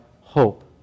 hope